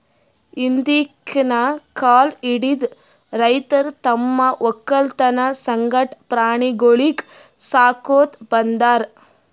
ಹಿಂದ್ಕಿನ್ ಕಾಲ್ ಹಿಡದು ರೈತರ್ ತಮ್ಮ್ ವಕ್ಕಲತನ್ ಸಂಗಟ ಪ್ರಾಣಿಗೊಳಿಗ್ ಸಾಕೋತ್ ಬಂದಾರ್